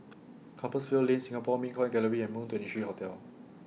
Compassvale Lane Singapore Mint Coin Gallery and Moon twenty three Hotel